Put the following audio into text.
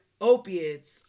opiates